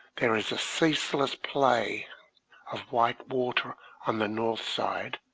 there is a ceaseless play of white water on the north side,